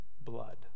blood